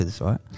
right